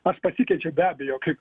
aš pasikeičiau be abejo kai